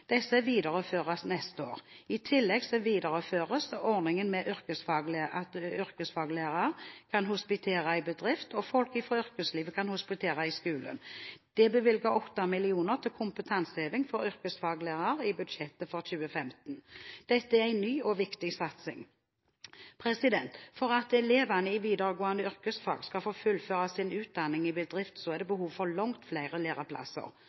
Disse tilbudene videreføres neste år. I tillegg videreføres ordningen med at yrkesfaglærere kan hospitere i bedrift, og at folk fra yrkeslivet kan hospitere i skolen. Det er bevilget 8 mill. kr til kompetanseheving for yrkesfaglærere i budsjettet for 2015. Dette er en ny og viktig satsing. For at elevene på videregående yrkesfag skal få fullføre sin utdanning i bedrift, er det behov for langt flere læreplasser.